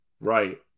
Right